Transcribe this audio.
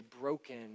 broken